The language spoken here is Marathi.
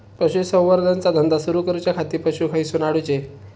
पशुसंवर्धन चा धंदा सुरू करूच्या खाती पशू खईसून हाडूचे?